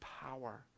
power